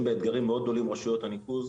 באתגרים מאוד גדולים עם רשויות הניקוז.